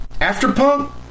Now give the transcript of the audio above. After-punk